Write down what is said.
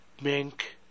mink